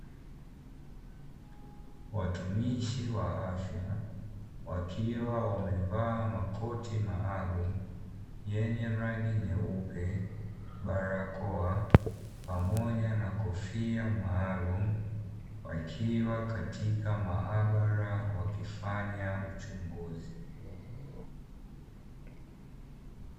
Watumishi wa afya wakiwa wamevaa makoti maalumu yenye rangi nyeupe, barakoa pamoja na kofia maalumu wakiwa katika maaabara wakifanya uchunguzi.